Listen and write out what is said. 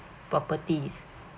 properties